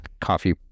coffee